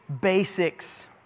basics